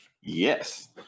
Yes